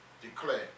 declare